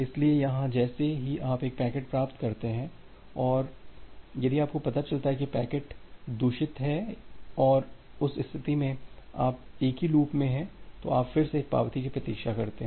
इसलिए यहां जैसे ही आप एक पैकेट प्राप्त करतें हैं और यदि आपको पता चलता है कि पैकेट दूषित है और उस स्थिति में आप एक ही लूप में हैं तो आप फिर से एक पावती की प्रतीक्षा करते हैं